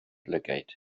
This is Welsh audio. lygaid